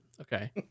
Okay